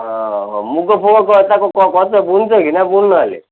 ଓହଃ ମୁଗ ଫୁଗ ତାକୁ କରୁଛ ବୁଣୁଛ କି ନା ବୁଣୁନ ହେଲେ